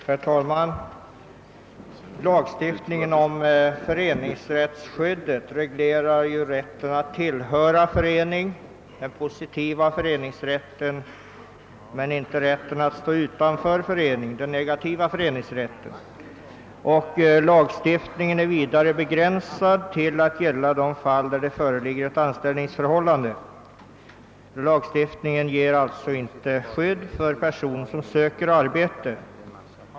Herr talman! Lagstiftningen om föreningsrättsskyddet reglerar endast rätten att tillhöra förening, den positiva föreningsrätten, men inte rätten att stå utanför förening, den negativa föreningsrätten. Lagstiftningen är vidare begränsad till att gälla de fall där det föreligger ett anställningsförhållande. Lagstiftningen ger alltså inte skydd för person som söker arbete.